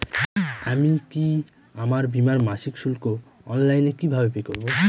আমি কি আমার বীমার মাসিক শুল্ক অনলাইনে কিভাবে পে করব?